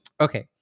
Okay